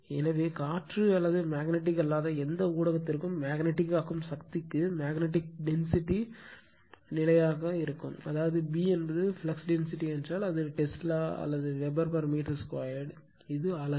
எனவே காற்று அல்லது மேக்னட்டிக் அல்லாத எந்த ஊடகத்திற்கும் மேக்னட்டிக் ஆக்கும் சக்திக்கு மேக்னட்டிக் டென்சிட்டி ஒரு நிலையானது அதாவது B என்பது ஃப்ளக்ஸ் டென்சிட்டி என்றால் அது டெஸ்லா அல்லது வெபர்மீட்டர்2 இது அலகு